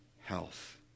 health